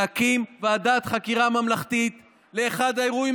להקים ועדת חקירה ממלכתית לאחד האירועים